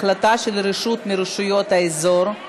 החלטה של רשות מרשויות האזור),